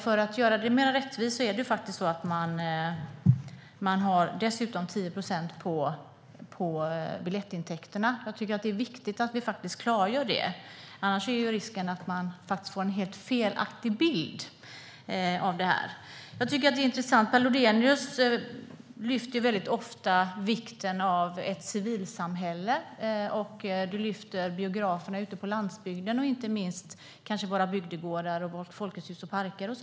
För att göra det mer rättvist: Det är 10 procent på biljettintäkterna dessutom. Jag tycker att det är viktigt att vi klargör det. Annars är risken att man får en helt felaktig bild. Per Lodenius lyfter ofta upp vikten av ett civilsamhälle och biograferna på landsbygden, inte minst våra bygdegårdar och Folkets Hus och Parker.